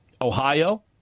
Ohio